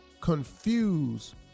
confused